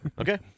Okay